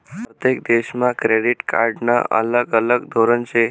परतेक देशमा क्रेडिट कार्डनं अलग अलग धोरन शे